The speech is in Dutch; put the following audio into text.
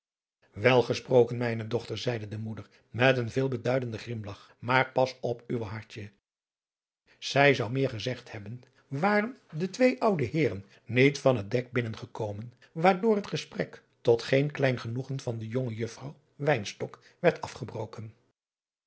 wel gesproken mijne dochter zeide de moeder met een veelbeduidenden grimlach maar pas op uw hartje zij zou meer gezegd hebben waren de twee oude heeren niet van het dek binnengekomen waardoor het gesprek tot geen klein genoegen van de jonge juffrouw wynstok werd afgebroken